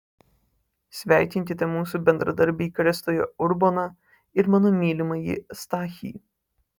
sveikinkite mūsų bendradarbį kristuje urboną ir mano mylimąjį stachį